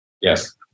Yes